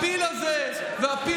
הפיל הזה, טפלו ברמ"י.